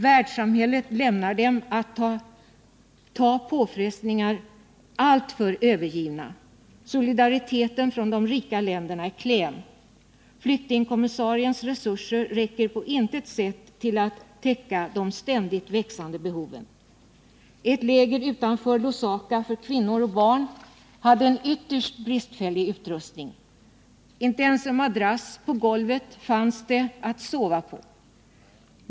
Världssamhället lämnar dem alltför övergivna att ta påfrestningar. Solidariteten från de rika länderna är klen. Flyktingkommissariens resurser räcker på intet sätt till för att täcka de ständigt växande behoven. Ett läger för kvinnor och barn utanför Lusaka hade en ytterst bristfällig utrustning. Det fanns inte ens en madrass på golvet att sova på.